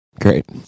Great